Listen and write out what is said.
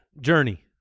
journey